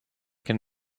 can